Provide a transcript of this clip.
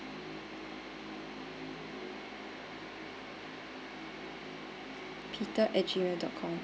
peter at gmail dot com